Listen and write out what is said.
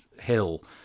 hill